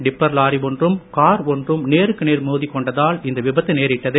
tipper lorry ஒன்றும் car ஒன்றும் நேருக்கு நேர் மோதிக் கொண்டதால் இந்த விபத்து நேரிட்டது